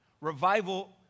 Revival